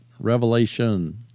Revelation